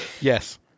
Yes